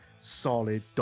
solid